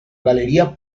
galería